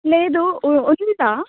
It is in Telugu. లేదు ఓ వచ్చేశా